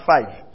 five